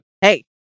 hey